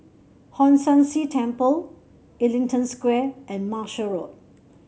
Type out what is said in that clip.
Hong San See Temple Ellington Square and Marshall Road